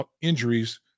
injuries